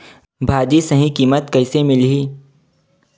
भाजी सही कीमत कइसे मिलही?